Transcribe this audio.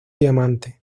diamante